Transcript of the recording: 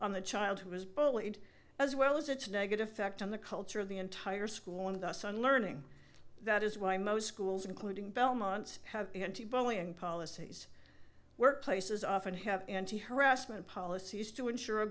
on the child who was bullied as well as its negative effect on the culture of the entire school and thus on learning that is why most schools including belmont's have n t bullying policies workplaces often have anti harassment policies to ensure a